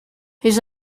his